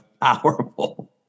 powerful